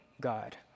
God